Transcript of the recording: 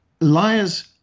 liars